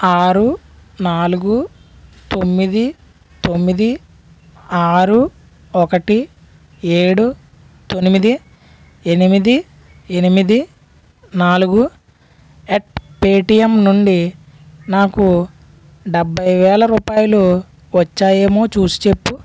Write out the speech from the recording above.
ఆరు నాలుగు తొమ్మిది తొమ్మిది ఆరు ఒకటి ఏడు ఎనిమిది ఎనిమిది ఎనిమిది నాలుగు అట్ పెటియం నుండి నాకు డెబ్భై వేల రూపాయలు వచ్చాయేమో చూసిచెప్పు